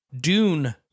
Dune